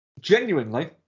Genuinely